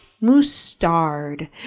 mustard